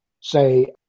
say